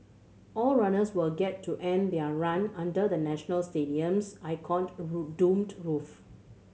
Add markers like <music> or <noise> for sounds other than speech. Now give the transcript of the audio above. all runners will get to end their run under the National Stadium's <unintelligible> domed roof